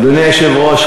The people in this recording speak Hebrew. אדוני היושב-ראש,